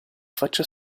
faccia